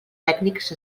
tècnics